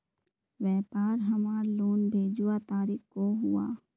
व्यापार हमार लोन भेजुआ तारीख को हुआ?